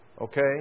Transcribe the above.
Okay